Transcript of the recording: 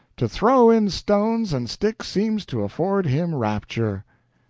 to throw in stones and sticks seems to afford him rapture.